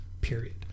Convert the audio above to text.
period